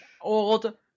Old